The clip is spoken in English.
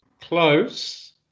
Close